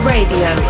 Radio